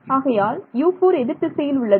ஆகையால் U4 எதிர்த்திசையில் உள்ளது